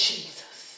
Jesus